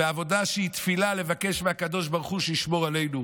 ועבודה שהיא תפילה לבקש מהקדוש ברוך הוא שישמור עלינו,